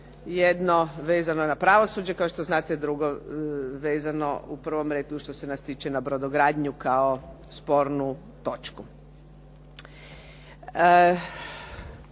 Jedno vezano na pravosuđe, kao što znate, drugo vezano u prvom redu što se nas tiče na brodogradnju kao spornu točku.